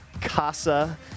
Casa